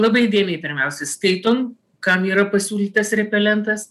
labai įdėmiai persiskaitom kam yra pasiūlytas repelentas